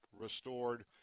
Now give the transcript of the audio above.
Restored